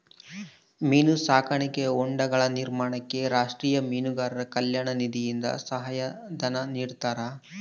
ಮೀನು ಸಾಕಾಣಿಕಾ ಹೊಂಡಗಳ ನಿರ್ಮಾಣಕ್ಕೆ ರಾಷ್ಟೀಯ ಮೀನುಗಾರರ ಕಲ್ಯಾಣ ನಿಧಿಯಿಂದ ಸಹಾಯ ಧನ ನಿಡ್ತಾರಾ?